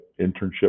internship